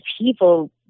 people